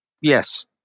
Yes